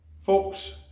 Folks